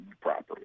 properly